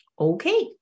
Okay